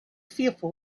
fearful